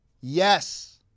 Yes